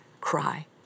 cry